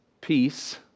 Peace